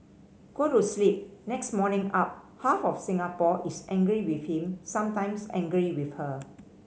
go to sleep next morning up half of Singapore is angry with him sometimes angry with her